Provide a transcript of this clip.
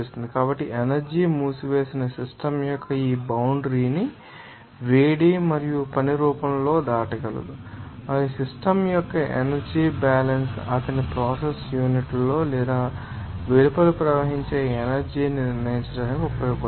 కాబట్టి ఎనర్జీ మూసివేసిన సిస్టమ్ యొక్క ఈ బౌండ్రి ను వేడి మరియు పని రూపంలో దాటగలదు మరియు సిస్టమ్ యొక్క ఎనర్జీ బ్యాలన్స్ అతని ప్రాసెస్ యూనిట్లోకి లేదా వెలుపల ప్రవహించే ఎనర్జీ ని నిర్ణయించడానికి ఉపయోగించబడుతుంది